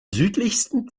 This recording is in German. südlichsten